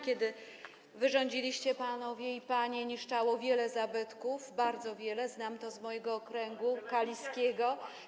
Kiedy wy rządziliście, panowie i panie, niszczało wiele zabytków, bardzo wiele, znam to z mojego okręgu kaliskiego.